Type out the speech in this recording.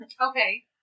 Okay